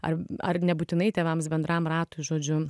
ar ar nebūtinai tėvams bendram ratui žodžiu